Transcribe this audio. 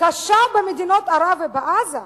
קשה במדינות ערב ובעזה,